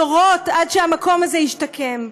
דורות עד שהמקום הזה ישתקם,